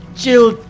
chill